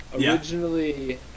Originally